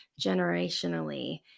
generationally